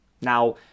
Now